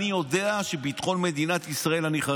אני יודע שאני חרד לביטחון מדינת ישראל.